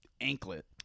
anklet